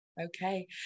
Okay